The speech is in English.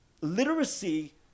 literacy